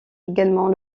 également